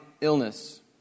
illness